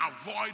avoid